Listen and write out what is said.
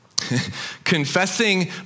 confessing